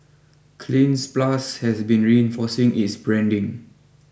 Cleanz Plus has been reinforcing its branding